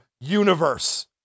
universe